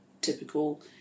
typical